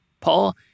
Paul